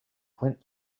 clint